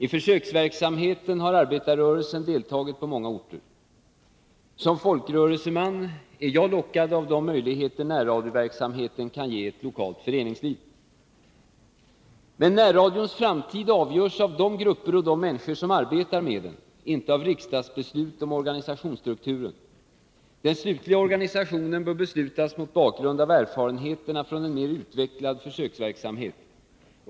I försöksverksamheten med närradio har arbetarrörelsen deltagit på många orter. Som folkrörelseman är jag lockad av de möjligheter närradioverksamheten kan ge det lokala föreningslivet. Närradions framtid avgörs av de grupper och de människor som arbetar med närradion, inte av riksdagsbeslut om organisationsstrukturen. Den slutliga organisationen bör beslutas mot bakgrund av erfarenheterna från en mer utvecklad försöksverksamhet.